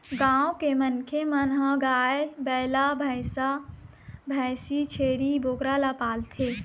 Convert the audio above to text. गाँव के मनखे मन ह गाय, बइला, भइसा, भइसी, छेरी, बोकरा ल पालथे